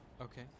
okay